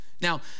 Now